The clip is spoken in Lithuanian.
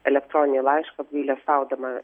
elektroninį laišką apgailestaudama